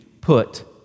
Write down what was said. put